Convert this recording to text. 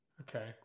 Okay